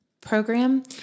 program